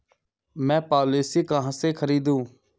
मैं पॉलिसी कहाँ से खरीदूं?